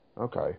Okay